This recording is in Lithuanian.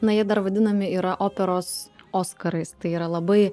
na jie dar vadinami yra operos oskarais tai yra labai